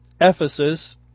Ephesus